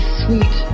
sweet